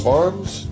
Farms